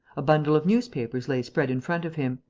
a bundle of newspapers lay spread in front of him.